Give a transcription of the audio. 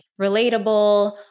relatable